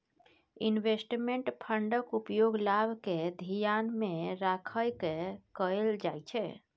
investment फंडक उपयोग लाभ केँ धियान मे राइख कय कअल जाइ छै